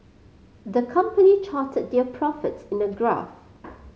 the company charted their profits in a graph